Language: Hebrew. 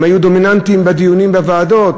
הם היו דומיננטיים בדיונים בוועדות,